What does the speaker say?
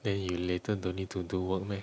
then you later don't need to do work meh